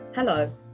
Hello